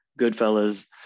Goodfellas